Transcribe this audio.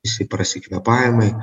visi prasikvėpavimai